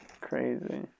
Crazy